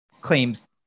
claims